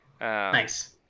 nice